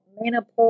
menopause